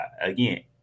again